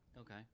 okay